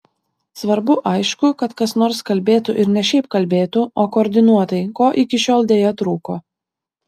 svarbu aišku kad kas nors kalbėtų ir ne šiaip kalbėtų o koordinuotai ko iki šiol deja trūko